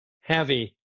heavy